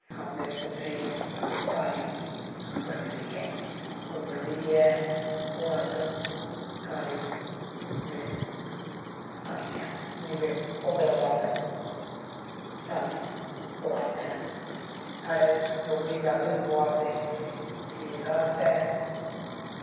अपने पुत्तरें ई ओह् सारें ई बंडदी ऐ फिर ओह् बंडियै ओह् फिर अस सारें ई जेह्ड़े करने आं कि भई भुग्गे दा बरत शामीं पोआरदे न ते साढ़े डोगरे च आखदे न कि पोआरदे साढ़े आस्तै